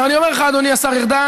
עכשיו, אני אומר לך, אדוני השר ארדן,